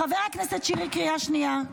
חבר הכנסת שירי, קריאה שנייה.